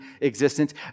existence